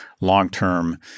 long-term